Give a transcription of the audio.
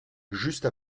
juste